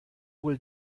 wohl